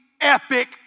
epic